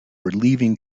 relieving